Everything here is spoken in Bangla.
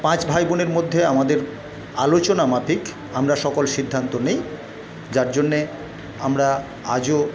পাঁচ ভাইবোনের মধ্যে আমাদের আলোচনা মাফিক আমরা সকল সিদ্ধান্ত নিই যার জন্যে আমরা আজও